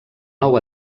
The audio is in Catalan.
nou